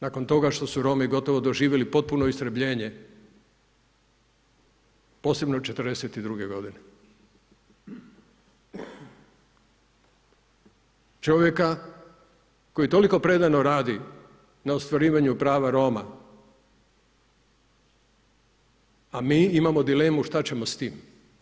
Nakon toga što su Romi gotovo doživjeli potpuno istrebljenje, posebno '42. g. Čovjeka koji je toliko predano radi na ostvarivanju prava Roma, a mi imamo dilemu šta ćemo s tim.